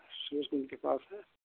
सूरजकुंड के पास है